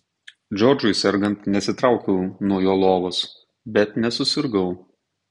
džordžui sergant nesitraukiau nuo jo lovos bet nesusirgau